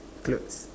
clothes